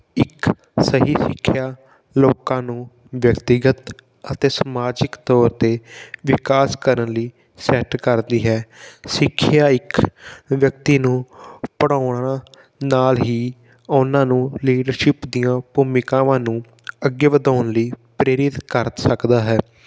ਇੱਕ ਸਹੀ ਸਿੱਖਿਆ ਲੋਕਾਂ ਨੂੰ ਵਿਅਕਤੀਗਤ ਅਤੇ ਸਮਾਜਿਕ ਤੌਰ 'ਤੇ ਵਿਕਾਸ ਕਰਨ ਲਈ ਸਹਿਤ ਕਰਦੀ ਹੈ ਸਿੱਖਿਆ ਇੱਕ ਵਿਅਕਤੀ ਨੂੰ ਪੜ੍ਹਾਉਣ ਨਾਲ ਹੀ ਉਹਨਾਂ ਨੂੰ ਲੀਡਰਸ਼ਿਪ ਦੀਆਂ ਭੂਮਿਕਾਵਾਂ ਨੂੰ ਅੱਗੇ ਵਧਾਉਣ ਲਈ ਪ੍ਰੇਰਿਤ ਕਰ ਸਕਦਾ ਹੈ